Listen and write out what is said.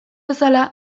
bezala